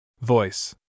Voice